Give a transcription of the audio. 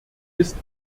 ist